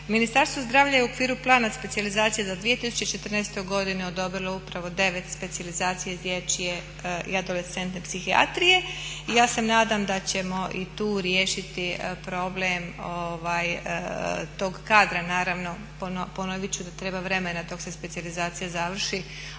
Ministarstvo zdravlja je u okviru Plana specijalizacije za 2014. godinu odobrilo upravo 9 specijalizacija iz dječje i adolescentne psihijatrije i ja se nadam da ćemo i tu riješiti problem tog kadra. Naravno, ponovit ću da treba vremena dok se specijalizacija završi,